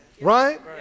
Right